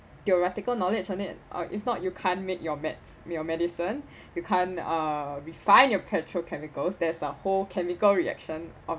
theoretical knowledge on it or if not you can't make your meds~ your medicine you can't uh refine your petrochemicals there's a whole chemical reaction